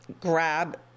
grab